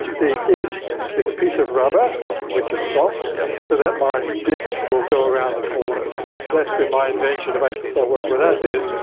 the disk is a piece of rubber yeah which is soft yeah so that my disk will go around the corners. okay. that's been my invention to make this all work. without this,